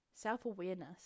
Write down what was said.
self-awareness